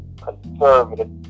conservative